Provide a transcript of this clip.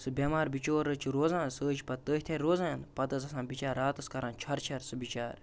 سُہ بٮمار بِچور حظ روزان سُہ حظ چھِ پَتہٕ تٔتھۍ آیہِ روزان پَتہٕ حظ آسان بچار راتَس کَران چھۅرٕ چھۅرٕ سُہ بِچارٕ